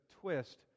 twist